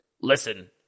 listen